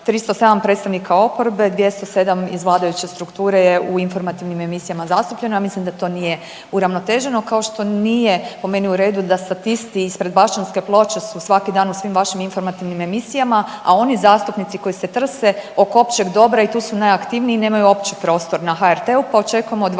307 predstavnika oporbe, 207 iz vladajuće strukture je u informativnim emisijama zastupljeno, ja mislim da to nije uravnoteženo kao što nije po meni u redu da statisti ispred Bašćanske ploče su svaki dan u svim vašim informativnim emisijama, a oni zastupnici koji se trse oko općeg dobra i tu su najaktivniji nemaju uopće prostor na HRT-u, pa očekujem